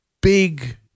big